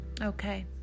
Okay